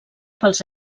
pels